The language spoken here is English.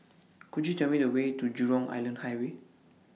Could YOU Tell Me The Way to Jurong Island Highway